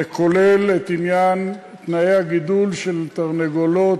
זה כולל את עניין תנאי הגידול של תרנגולות,